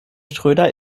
schröder